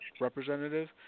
representative